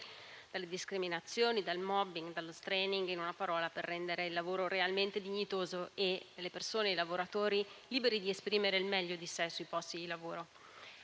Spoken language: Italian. dalle discriminazioni, dal *mobbing*, dallo *straining*; in una parola, per rendere il lavoro realmente dignitoso e i lavoratori liberi di esprimere il meglio di sé sui posti di lavoro.